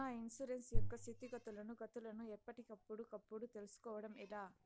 నా ఇన్సూరెన్సు యొక్క స్థితిగతులను గతులను ఎప్పటికప్పుడు కప్పుడు తెలుస్కోవడం ఎలా?